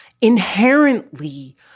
inherently